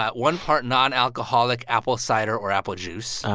one part non-alcoholic apple cider or apple juice. oh,